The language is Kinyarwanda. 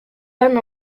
hano